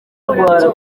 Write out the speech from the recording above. akora